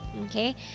Okay